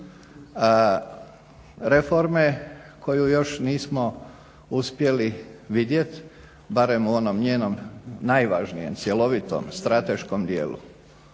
reforme koju još nismo uspjeli vidjet, barem u onom njenom najvažnijem, cjelovitom, strateškom dijelu.